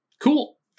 cool